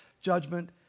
judgment